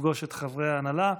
לפגוש את חברי ההנהלה,